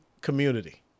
community